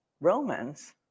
Romans